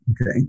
Okay